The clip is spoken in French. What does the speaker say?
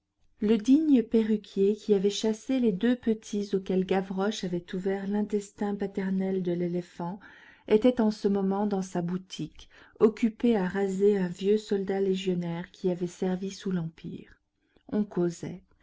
le digne perruquier qui avait chassé les deux petits auxquels gavroche avait ouvert l'intestin paternel de l'éléphant était en ce moment dans sa boutique occupé à raser un vieux soldat légionnaire qui avait servi sous l'empire on causait